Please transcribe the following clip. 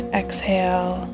exhale